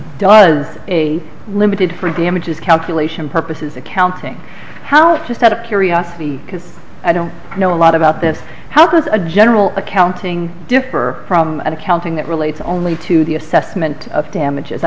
does a limited for damages calculation purposes accounting how to set a curiosity because i don't know a lot about that how does a general accounting differ from accounting that relates only to the assessment of damages i